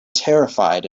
terrified